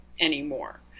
anymore